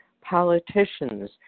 politicians